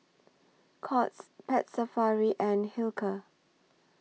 Courts Pets Safari and Hilker